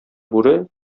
бүре